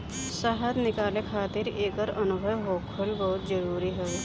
शहद निकाले खातिर एकर अनुभव होखल बहुते जरुरी हवे